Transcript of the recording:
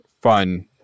fun